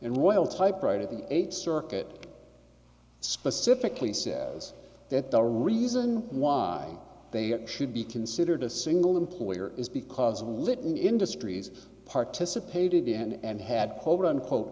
and while typewriter the eight circuit specifically says that the reason why they should be considered a single employer is because of the litany industries participated in and had over unquote